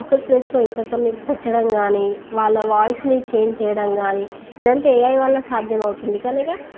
ఒకరి ప్లేస్లో ఇంకొకరిని పెట్టడం కాని వాళ్ళ వాయిస్ని చేంజ్ చేయడం కానీ ఇదంతా ఏఐ వల్ల సాధ్యం అవుతుంది కనుక